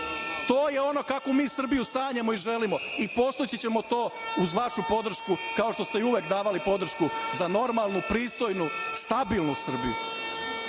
To je ono kakvu mi Srbiju sanjamo i želimo i postići ćemo to uz vašu podršku, kao što ste i uvek davali podršku za normalnu, pristojnu, stabilnu Srbiju. Ova